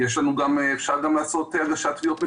אפשר גם לעשות הגשת תביעות מקוונת.